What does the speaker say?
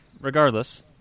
Regardless